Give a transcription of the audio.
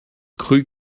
crut